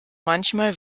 manchmal